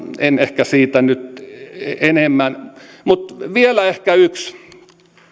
en ehkä siitä nyt enempää mutta vielä ehkä yksi